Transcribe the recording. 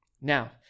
Now